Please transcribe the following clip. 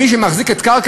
האם לזה אתה מתנגד?